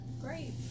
Great